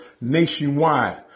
nationwide